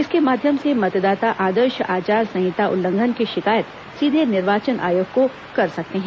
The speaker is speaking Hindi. इसके माध्यम से मतदाता आदर्श आचार संहिता उल्लंघन की शिकायत सीधे निर्वाचन आयोग को कर सकते हैं